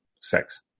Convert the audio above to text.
sex